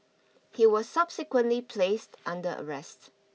he was subsequently placed under arrest